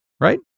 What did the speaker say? Right